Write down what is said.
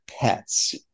pets